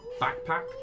backpack